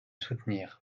soutenir